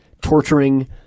torturing